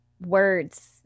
words